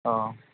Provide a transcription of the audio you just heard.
अ